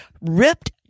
ripped